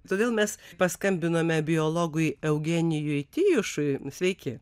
todėl mes paskambinome biologui eugenijui tijušui sveiki